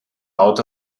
out